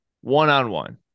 one-on-one